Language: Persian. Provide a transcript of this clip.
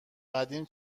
قدیم